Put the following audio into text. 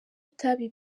itabi